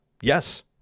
Yes